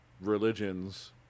religions